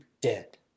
dead